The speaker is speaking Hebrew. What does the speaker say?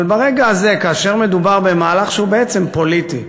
אבל ברגע הזה מדובר במהלך שהוא בעצם פוליטי,